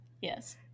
yes